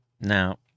now